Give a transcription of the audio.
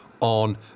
on